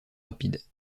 rapides